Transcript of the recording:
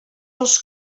els